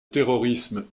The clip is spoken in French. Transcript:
terrorisme